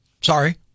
sorry